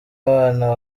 abana